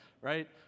right